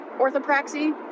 orthopraxy